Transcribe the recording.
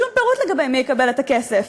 שום פירוט לגבי מי יקבל את הכסף.